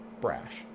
brash